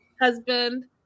husband